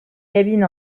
cabine